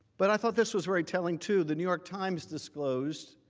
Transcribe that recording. but i thought this was very telling too. the new york times disclosed,